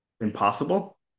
impossible